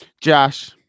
Josh